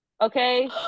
Okay